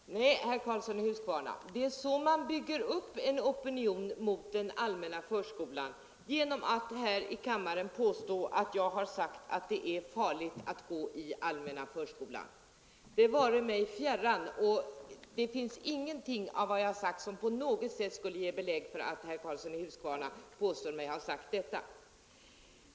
Herr talman! Nej, herr Karlsson i Huskvarna, man bygger upp en opinion mot den allmänna förskolan genom att här i kammaren påstå att jag har sagt att det är farligt för barnen att gå i den allmänna förskolan. Ett sådant uttalande vare mig fjärran. Det finns ingenting i mina inlägg som på något sätt ger belägg för vad herr Karlsson i Huskvarna påstår att jag har sagt.